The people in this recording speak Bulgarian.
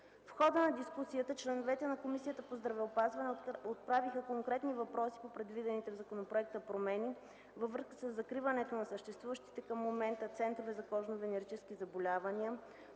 В хода на дискусията членовете на Комисията по здравеопазването отправиха конкретни въпроси по предвидените в законопроекта промени във връзка със закриването на съществуващите към момента центрове за кожно-венерически заболявания,